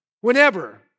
Whenever